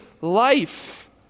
life